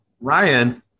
Ryan